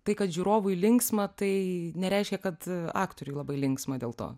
tai kad žiūrovui linksma tai nereiškia kad aktoriui labai linksma dėl to